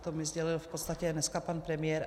To mi sdělil v podstatě dneska pan premiér.